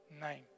name